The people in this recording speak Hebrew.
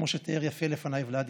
כמו שתיאר יפה לפניי ולדי,